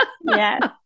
Yes